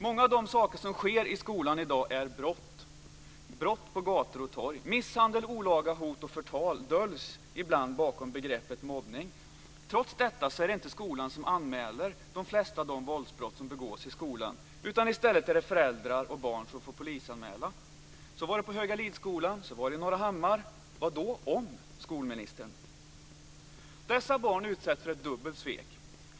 Många av de saker som sker i skolan i dag är brott. Det är brott på gator och torg. Misshandel och olaga hot och förtal döljs ibland bakom begreppet mobbning. Trots detta är det inte skolan som anmäler de flesta av de våldsbrott som begås i skolan utan i stället är det föräldrar och barn som gör polisanmälningarna. Så var det på Högalidskolan, och så var det i Norrahammar. Vad då "om", skolministern? Dessa barn utsätts för ett dubbelt svek.